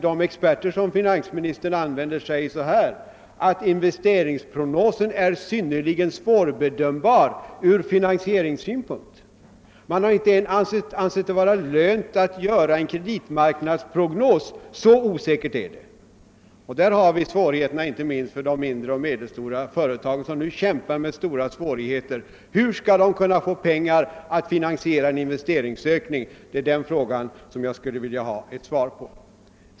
De experter som finansministern anlitar säger att investeringsprognosen är synnerligen svårbedömd ur finansieringssynpunkt. Läget är så osäkert, att de inte har ansett det lönt att göra en kreditmarknadsprognos. Här uppstår svårigheter inte minst för mind re och medelstora företag. Hur skall de kunna få pengar att finansiera en investeringsökning? Den frågan skulle jag vilja ha ett svar på.